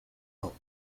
cult